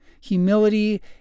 Humility